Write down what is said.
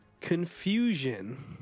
Confusion